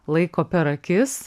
laiko per akis